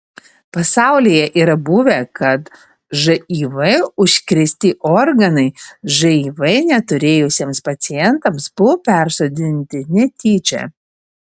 pasaulyje yra buvę kad živ užkrėsti organai živ neturėjusiems pacientams buvo persodinti netyčia